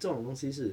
这种东西是